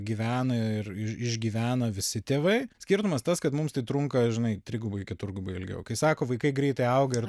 gyvena ir išgyvena visi tėvai skirtumas tas kad mums tai trunka žinai trigubai keturgubai ilgiau kai sako vaikai greitai auga ir